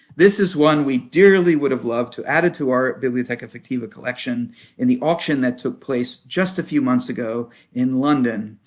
this is one we dearly would've loved to have added to our bibliotheca fictiva collection in the auction that took place just a few months ago in london,